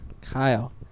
Kyle